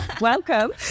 welcome